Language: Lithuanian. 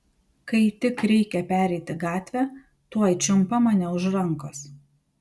kai tik reikia pereiti gatvę tuoj čiumpa mane už rankos